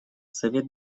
совет